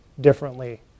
differently